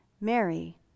Mary